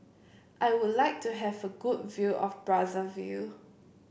I would like to have a good view of Brazzaville